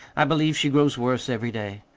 i believe she grows worse every day.